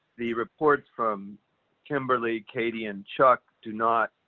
the reports from kimberly, katie, and chuck do not